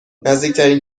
نزدیکترین